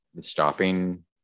stopping